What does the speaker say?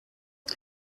das